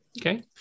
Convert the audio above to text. Okay